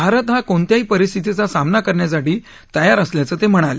भारत हा कोणत्याही परिस्थितीचा सामना करण्यासाठी तयार असल्याचं ते म्हणाले